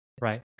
right